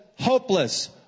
Hopeless